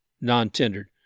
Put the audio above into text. non-tendered